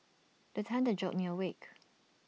the thunder jolt me awake